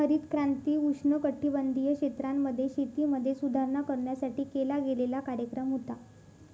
हरित क्रांती उष्णकटिबंधीय क्षेत्रांमध्ये, शेतीमध्ये सुधारणा करण्यासाठी केला गेलेला कार्यक्रम होता